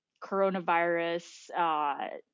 coronavirus